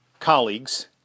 colleagues